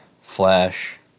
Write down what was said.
Flash